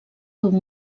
d’un